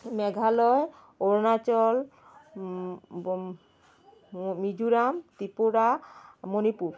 Meghalaya Arunachal Mizoram Tripura Manipur